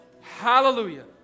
Hallelujah